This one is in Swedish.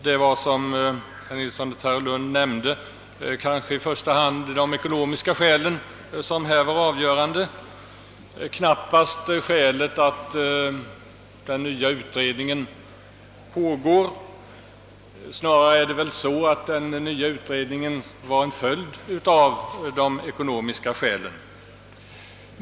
Som herr Nilsson i Tvärålund nämnde var kanske i första hand de ekonomiska skälen avgörande — knappast skälet att den nya utredningen pågår. Den nya utredningen var väl snarare en följd av de ekonomiska skälen.